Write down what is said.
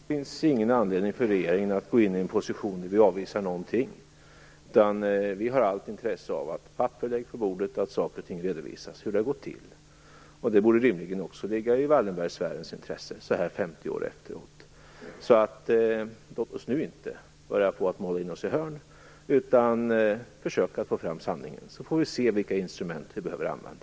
Fru talman! Det finns ingen anledning för regeringen att gå in i en position där vi avvisar någonting, utan vi har allt intresse av att papper läggs på bordet och att det redovisas hur det gått till. Så här 50 år efteråt borde det rimligen också ligga i Wallenbergsfärens intresse. Låt oss nu inte börja måla in oss i hörn! I stället skall vi försöka få fram sanningen. Då får vi se vilka instrument vi behöver använda.